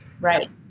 Right